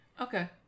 okay